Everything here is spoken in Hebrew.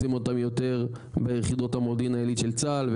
רוצים אותם יותר ביחידות המודיעין העילית של צה"ל,